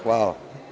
Hvala.